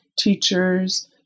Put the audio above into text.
Teachers